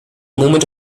moment